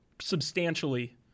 substantially